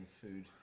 food